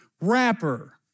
rapper